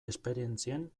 esperientzien